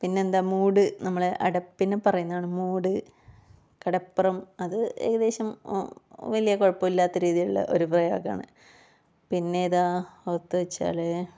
പിന്നെന്താ മൂഡ് നമ്മളുടെ അടപ്പിനെ പറയന്നതാണ് മൂഡ് കടപ്രം അത് ഏകദേശം വലിയ കുഴപ്പമില്ലാത്ത രീതിയിലുള്ള ഒരു പ്രയോഗമാണ് പിന്നേതാ ഓർത്തു വെച്ചാല്